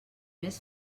més